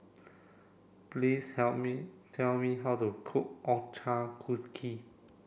please help me tell me how to cook Ochazuke